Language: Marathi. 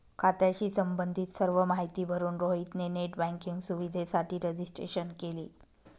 खात्याशी संबंधित सर्व माहिती भरून रोहित ने नेट बँकिंग सुविधेसाठी रजिस्ट्रेशन केले